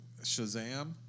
Shazam